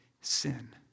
sin